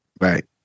Right